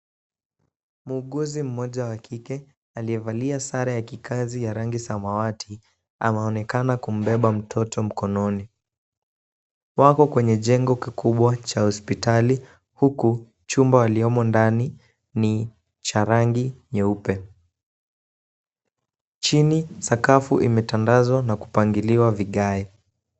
Mwuukuzi Moja wa kike aliyevalia sare ya kikazi ya rangi samawati anaonekana kumbepa mtoto mkononi, wako kwenye chengo kikubwa cha hospitali chumba waliomo ndani ni ya rangi nyeupe, chini sakafu imetandazwa na kupangiliwa vigae